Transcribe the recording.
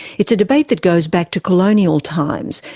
it's a debate that goes back to colonial times,